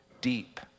deep